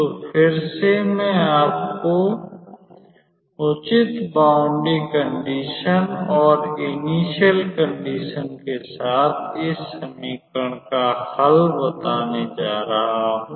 तो फिर से मैं अब आपको उचित बाउंडरी कंडिशन्स और इनिश्यल कंडिशन्स के साथ इस समीकरण का हल बताने जा रहा हूं